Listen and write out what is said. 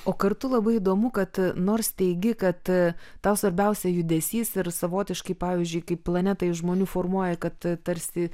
o kartu labai įdomu kad nors teigi kad tau svarbiausia judesys ir savotiškai pavyzdžiui kaip planetą iš žmonių formuoji kad tarsi